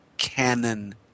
canon